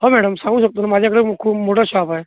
हो मॅडम सांगू शकतो ना माझ्याकडे खूप मोठा शॉप आहे